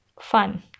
Fun